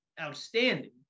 outstanding